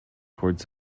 towards